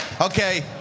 Okay